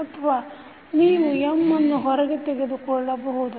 ಅಥವಾ ನೀವು M ಅನ್ನು ಹೊರಗೆ ತೆಗೆದುಕೊಳ್ಳಬಹುದು